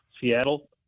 Seattle